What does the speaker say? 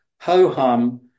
ho-hum